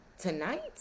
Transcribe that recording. tonight